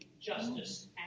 justice